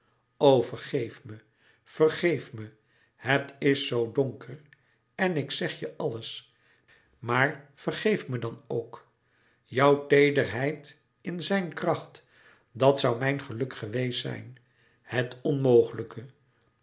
vergeef vergeef me het is zoo donker en ik zeg je alles maar vergeef me dan ook jouw louis couperus metamorfoze teederheid in zijn kracht dat zoû mijn geluk geweest zijn het onmogelijke